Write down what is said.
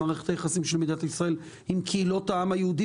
למערכת היחסים של מדינת ישראל עם קהילות העם היהודי